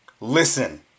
Listen